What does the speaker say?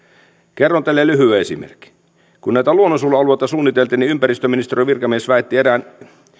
kerron teille lyhyen esimerkin kun näitä luonnonsuojelualueita suunniteltiin niin ympäristöministeriön virkamies väitti erään